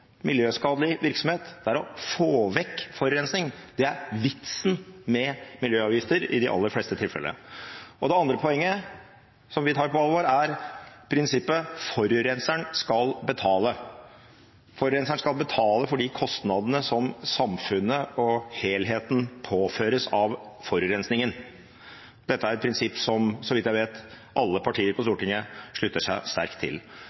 miljøskadelig virksomhet. Det er å få vekk forurensning. Det er vitsen med miljøavgifter i de aller fleste tilfellene. Det andre poenget som vi tar på alvor, er prinsippet om at forurenseren skal betale. Forurenseren skal betale for de kostnadene som samfunnet og helheten påføres av forurensningen. Dette er et prinsipp som alle partier på Stortinget slutter seg sterkt til, så vidt jeg vet.